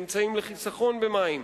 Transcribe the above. אמצעים לחיסכון במים,